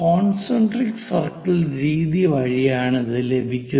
concentric circle രീതി വഴിയാണിത് ലഭിക്കുന്നത്